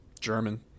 German